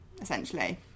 essentially